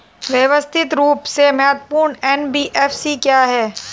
व्यवस्थित रूप से महत्वपूर्ण एन.बी.एफ.सी क्या हैं?